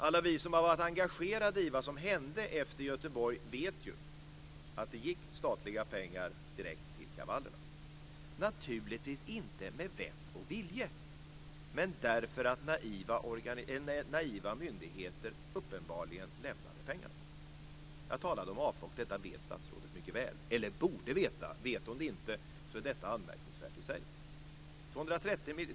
Alla vi som har varit engagerade i vad som hände efter Göteborg vet att statliga pengar gick direkt till kravallerna - naturligtvis inte med "vett och vilje", men väl därför att naiva myndigheter uppenbarligen lämnade pengarna; jag talar om AFA. Detta vet statsrådet mycket väl - eller borde veta det. Vet hon inte det, är det i sig anmärkningsvärt.